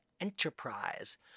enterprise